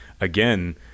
again